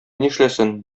нишләсен